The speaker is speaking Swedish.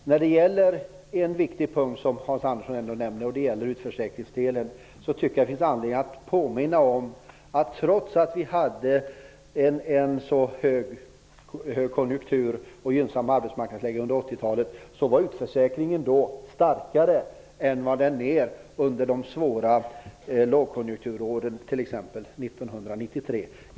Hans Andersson nämnde en viktig punkt, nämligen utförsäkringen. Jag tycker att det finns anledning att påminna om att trots högkonjunkturen och det gynnsamma arbetsmarknadsläget under 80-talet var antalet utförsäkrade högre då än det har varit under de svåra lågkonjunkturåren, t.ex. 1993.